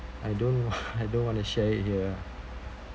I don't want I don't want to share it here ah